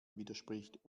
widerspricht